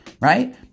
right